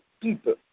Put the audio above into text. people